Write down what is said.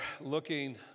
looking